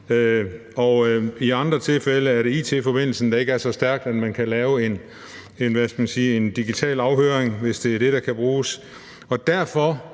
I andre tilfælde er det it-forbindelsen, der ikke er så stærk, at man kan foretage en digital afhøring, hvis det er det, der kan bruges. Derfor